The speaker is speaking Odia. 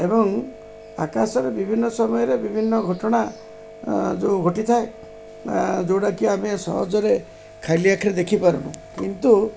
ଏବଂ ଆକାଶରେ ବିଭିନ୍ନ ସମୟରେ ବିଭିନ୍ନ ଘଟଣା ଯେଉଁ ଘଟିଥାଏ ଯେଉଁଟାକି ଆମେ ସହଜରେ ଖାଲି ଆଖରେ ଦେଖିପାରିବୁ କିନ୍ତୁ